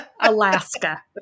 Alaska